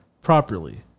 properly